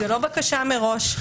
זו לא בקשה מראש.